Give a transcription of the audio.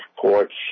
courts